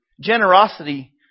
Generosity